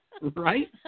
Right